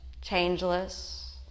changeless